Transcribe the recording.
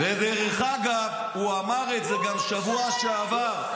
ודרך אגב, הוא אמר את זה גם בשבוע שעבר.